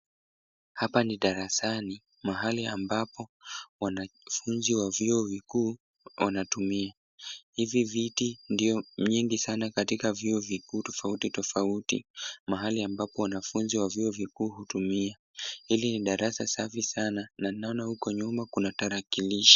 Hapa ni darasani mahali ambapo wanafunzi wa vyio vikuu wanatumia, hivi viti ndio nyingi sana katika vyio vikuu tofauti tofauti mahali ambapo wanafunzi wa vyio vikuu utumia. Hili ni darasa safi sana na ninaona uko nyuma kuna kitarakilishi.